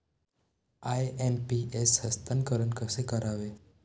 IMPS हस्तांतरण कसे करावे?